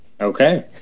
Okay